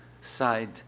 side